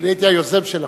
אני הייתי היוזם של החוק.